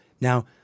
Now